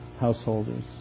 householders